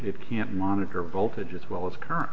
it can't monitor voltage as well as current